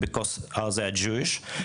בגלל שהם יהודים,